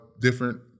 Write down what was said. different